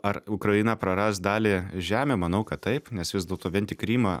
ar ukraina praras dalį žemių manau kad taip nes vis dėlto vien tik krymą